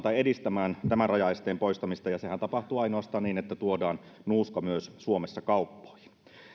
tai edistämään tämän rajaesteen poistamista sehän tapahtuu ainoastaan niin että tuodaan nuuska myös suomessa kauppoihin